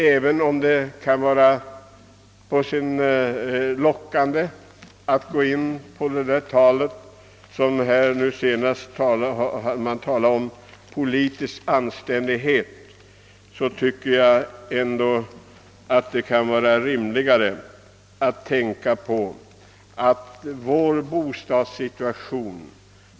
Även om det kan vara lockande att falla in i talet om politisk anständighet, tycker jag att det är mera motiverat att tänka på vår bostadssituation.